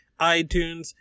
iTunes